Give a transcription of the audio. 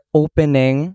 opening